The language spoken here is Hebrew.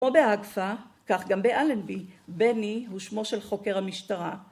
כמו באגפא, כך גם באלנבי, בני הוא שמו של חוקר המשטרה.